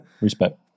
Respect